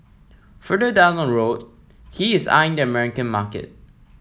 further down the road he is eyeing the American market